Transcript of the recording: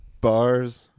bars